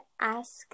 ask